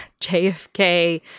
JFK